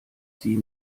sie